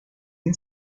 این